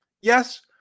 Yes